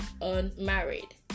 unmarried